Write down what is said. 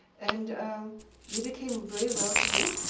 and they became very well-to-do,